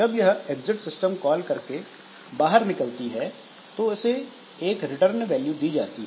जब यह exit system call लेकर बाहर निकलती है तो इसे एक रिटर्न वैल्यू दी जाती है